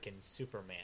Superman